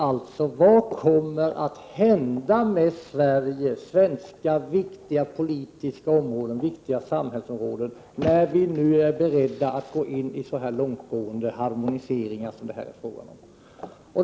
Frågan är: Vad kommer att hända med Sverige, med svenska viktiga politiska områden, med viktiga samhällsområden, när vi nu är beredda att gå in i så långtgående harmoniseringar som det är fråga om?